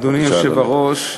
אדוני היושב-ראש,